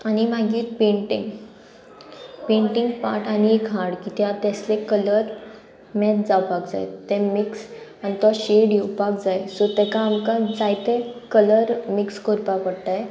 आनी मागीर painting painting part आनी एक हार्ड कित्याक तेसले कलर मॅच जावपाक जाय ते मिक्स आनी तो शेड येवपाक जाय सो तेका आमकां जायते कलर मिक्स कोरपा पडटाय